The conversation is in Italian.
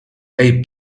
dei